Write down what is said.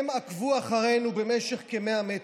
הם עקבו אחרינו במשך כ-100 מטר,